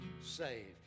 saved